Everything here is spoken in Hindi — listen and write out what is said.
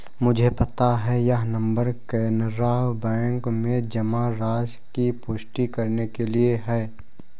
मुझे पता है यह नंबर कैनरा बैंक में जमा राशि की पुष्टि करने के लिए है